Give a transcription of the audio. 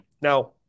Now